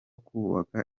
kubaka